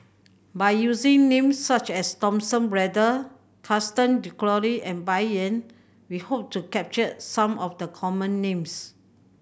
by using names such as Thomas Braddell Gaston Dutronquoy and Bai Yan we hope to capture some of the common names